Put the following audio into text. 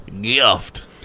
Gift